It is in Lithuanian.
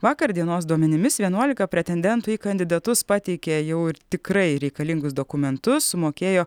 vakar dienos duomenimis vienuolika pretendentų į kandidatus pateikė jau tikrai reikalingus dokumentus sumokėjo